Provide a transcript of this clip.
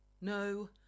No